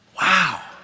Wow